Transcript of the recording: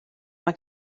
mae